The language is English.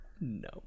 No